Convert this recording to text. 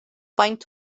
faint